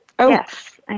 Yes